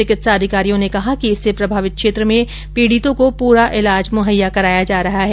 चिकित्सा अधिकारी ने कहा कि इससे प्रभावित क्षेत्र में पीड़ितों को पूरा इलाज मुहैया कराया जा रहा है